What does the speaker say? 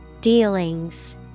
Dealings